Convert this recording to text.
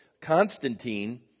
Constantine